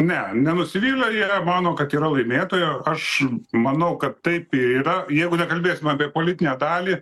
ne nenusivylė jie mano kad yra laimėtojo aš manau kad taip ir yra jeigu nekalbėsim apie politinę dalį